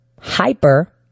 hyper